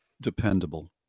dependable